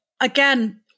Again